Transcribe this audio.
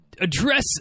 address